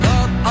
up